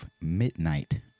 midnight